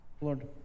Lord